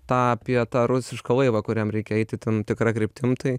tą apie tą rusišką laivą kuriam reikia eiti tam tikra kryptim tai